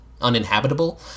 uninhabitable